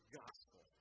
gospel